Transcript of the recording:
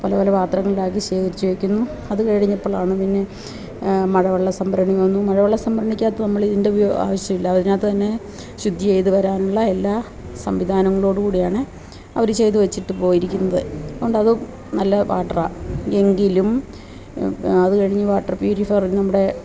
പലപല പാത്രങ്ങളിലാക്കി ശേഖരിച്ചു വെയ്ക്കുന്നു അതു കഴിഞ്ഞപ്പോളാണ് പിന്നെ മഴവെള്ള സംഭരണി വന്നു മഴവെള്ള സംഭരണിക്കകത്ത് നമ്മളീ ഇതിന്റെ വു ആവശ്യമില്ലാ അതിനകത്തു തന്നെ ശുദ്ധി ചെയ്തു വരാനുള്ള എല്ലാ സംവിധാനങ്ങളോടു കൂടിയാണ് അവർ ചെയ്തു വെച്ചിട്ട് പോയിരിക്കുന്നത് അതുകൊണ്ട് അതു നല്ല വാട്ടറാണ് എങ്കിലും അതു കഴിഞ്ഞ് വാട്ടര് പ്യൂരിഫയറില് നമ്മുടെ